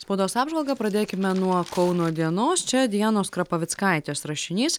spaudos apžvalgą pradėkime nuo kauno dienos čia dianos krapavickaitės rašinys